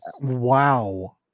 Wow